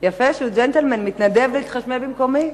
יפה שהוא ג'נטלמן ומתנדב להתחשמל במקומי.